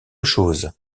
chose